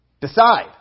Decide